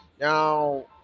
Now